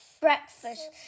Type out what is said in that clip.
breakfast